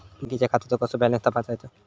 बँकेच्या खात्याचो कसो बॅलन्स तपासायचो?